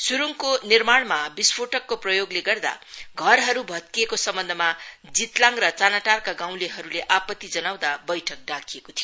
स्रूडको निमार्णमा विस्फोटकको प्रयोगले गर्दा घरहरू भत्किएको सम्वन्धमा जितलाङ र चानाटारका गाउँलेहरूले आप्त्ति जनाउँदा बैठ्क डाकिएको थियो